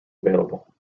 available